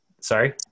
Sorry